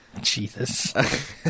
Jesus